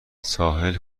ساحل